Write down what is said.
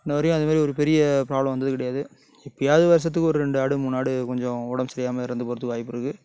இன்னவரையும் அது மேரி ஒரு பெரிய ப்ராப்ளம் வந்தது கிடையாது எப்பயாது வருஷத்துக்கு ஒரு ரெண்டு ஆடு மூணு ஆடு கொஞ்சம் உடம்பு சரியாம இறந்து போகறதுக்கு வாய்ப்பு இருக்கு